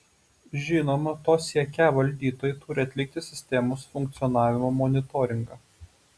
žinoma to siekią valdytojai turi atlikti sistemos funkcionavimo monitoringą